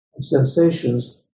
sensations